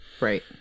Right